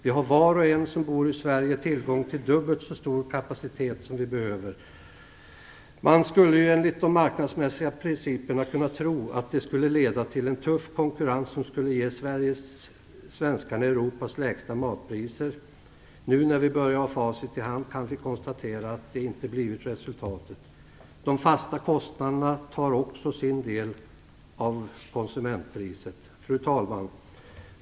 Vi har var och en som bor i Sverige tillgång till dubbelt så stor kapacitet som vi behöver. Man skulle enligt de marknadsmässiga principerna kunna tro att det skulle leda till en tuff konkurrens som skulle ge svenskarna Europas lägsta matpriser. Nu när vi börjar få facit i hand kan vi konstatera att det inte har blivit resultatet. De fasta kostnaderna tar också sin del av konsumentpriset. Fru talman!